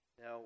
Now